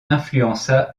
influença